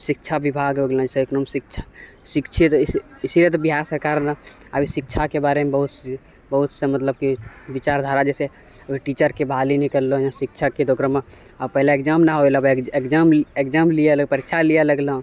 शिक्षा विभाग हो गेलऽ छै एकदम शिक्षा शिक्षे से इसीलिए तऽ बिहार सरकार ने अभी शिक्षाके बारेमे बहुत से बहुत से मतलब कि विचारधारा जइसे ओइ टीचरके बहाली निकाललए हइ तऽ शिक्षाके तऽ ओकरामे आओर पहिले एक्जाम नहि होलऽ आब एक्जाम लिअ परीक्षा लिअ लगलै